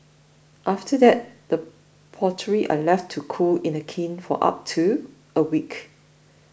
after that the pottery are left to cool in the kiln for up to a week